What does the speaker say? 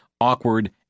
awkward